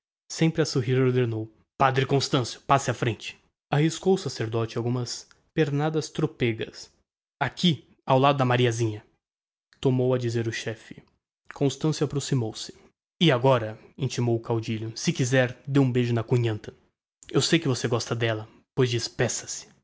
sempre a sorrir ordenou padre constancio passe á frente arriscou o sacerdote algumas pernadas trôpegas aqui ao lado da mariasinha tornou a dizer o chefe constancio approximou-se e agora intimou o caudilho se quizer dê um beijo na cunhantan eu sei que você gosta d'ella pois despeça-se